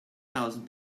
thousand